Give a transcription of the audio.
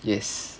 yes